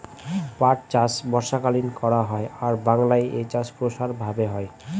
পাট চাষ বর্ষাকালীন করা হয় আর বাংলায় এই চাষ প্রসার ভাবে হয়